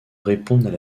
répondent